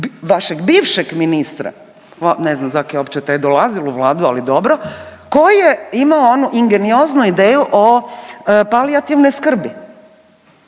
vašeg bivšeg ministra, ne znam zakaj je uopće taj dolazil u Vladu, ali dobro koji je imao onu ingenioznu ideju o palijativnoj skrbi.